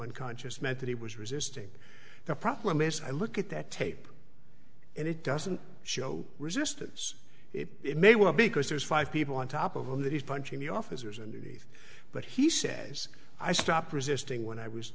unconscious meant that he was resisting the problem as i look at that tape and it doesn't show resistance it may well because there's five people on top of that he's punching the officers underneath but he says i stop resisting when i was